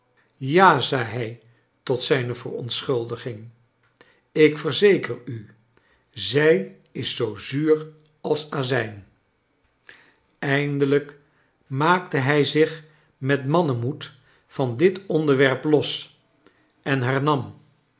ja j zei hij tot zijne verontschuldiging ik verzeker u zij is zoo zuur als azijn eindelijk maakte hij zich met mannenmoed van dit onderwerp los en hernam